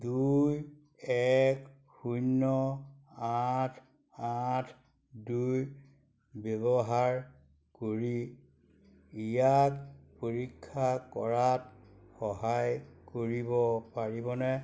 দুই এক শূন্য আঠ আঠ দুই ব্যৱহাৰ কৰি ইয়াক পৰীক্ষা কৰাত সহায় কৰিব পাৰিবনে